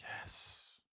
Yes